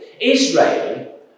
Israel